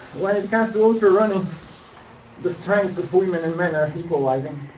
when it comes to ultra running the strength of women and men are equalizing.